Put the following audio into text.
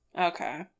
Okay